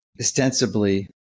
ostensibly